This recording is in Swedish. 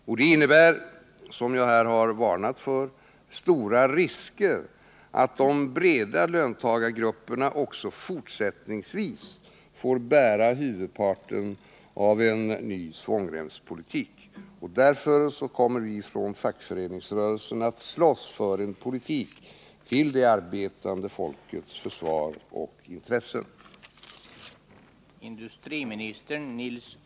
Och det innebär, som jag här har varnat för, stora risker för att de breda löntagargrupperna också fortsättningsvis får bära den tyngsta bördan vid en ny svångremspolitik. Därför kommer fackföreningsrörelsen att slåss för en politik till det arbetande folkets försvar och i det arbetande folkets intresse.